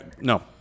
no